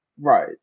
Right